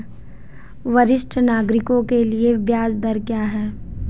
वरिष्ठ नागरिकों के लिए ब्याज दर क्या हैं?